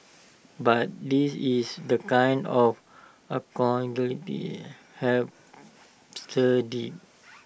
but this is the kind of hipster dig